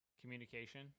Communication